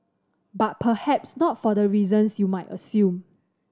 but perhaps not for the reasons you might assume